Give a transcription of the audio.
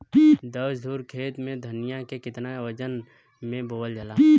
दस धुर खेत में धनिया के केतना वजन मे बोवल जाला?